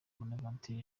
bonaventure